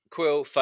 Quill